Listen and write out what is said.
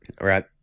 right